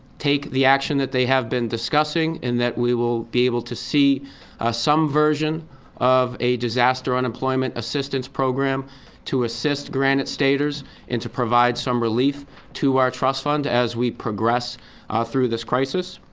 take the action that they have been discussing and that we will be able to see some version of a disaster unemployment assistance program to assist granite sta staters and to provide some relief to our trust fund as we progress ah through this crisis.